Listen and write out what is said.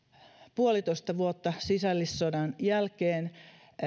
puolitoista vuotta sisällissodan jälkeen